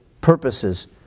purposes